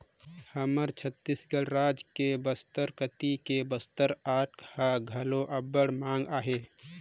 हमर छत्तीसगढ़ राज के बस्तर कती के बस्तर आर्ट ह घलो अब्बड़ मांग अहे